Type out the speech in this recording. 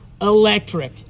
electric